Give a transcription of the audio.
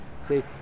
see